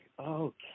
okay